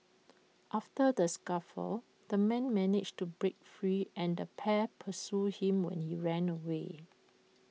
after the scuffle the man managed to break free and the pair pursued him when he ran away